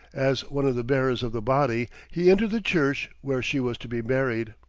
as one of the bearers of the body, he entered the church where she was to be buried.